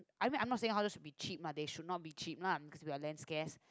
I mean I'm not saying houses should be cheap lah they should not be cheap lah because we are land scarce